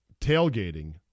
tailgating